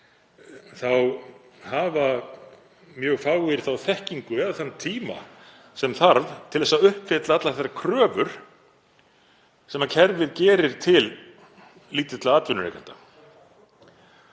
þá hafa mjög fáir þá þekkingu eða þann tíma sem þarf til að uppfylla allar þær kröfur sem kerfið gerir til lítilla atvinnurekenda.